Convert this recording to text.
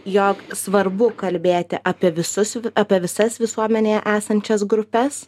jog svarbu kalbėti apie visus apie visas visuomenėje esančias grupes